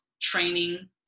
training